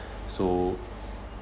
so